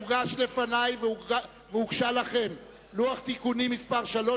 הוגש לפני והוגש לכם לוח תיקונים מס' 3